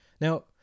Now